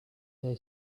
they